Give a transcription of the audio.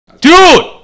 Dude